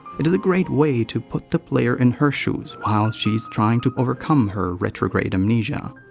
it is a great way to put the player in her shoes while she's trying to overcome her retrograde amnesia.